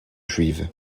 juive